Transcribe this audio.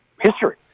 history